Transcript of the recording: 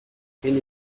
azken